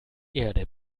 erde